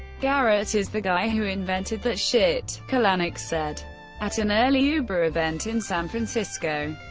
garrett is the guy who invented that shit, kalanick said at an early uber event in san francisco.